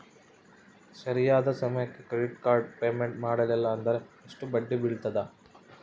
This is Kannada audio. ಸರಿಯಾದ ಸಮಯಕ್ಕೆ ಕ್ರೆಡಿಟ್ ಕಾರ್ಡ್ ಪೇಮೆಂಟ್ ಮಾಡಲಿಲ್ಲ ಅಂದ್ರೆ ಎಷ್ಟು ಬಡ್ಡಿ ಬೇಳ್ತದ?